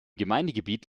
gemeindegebiet